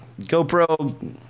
GoPro